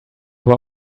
were